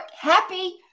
happy